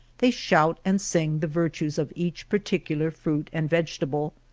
they shout and sing the virtues of each particular fruit and vegetable,